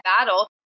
battle